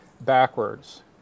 backwards